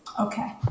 Okay